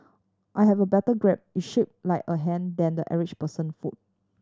I have a better grip it's shaped like a hand than the average person foot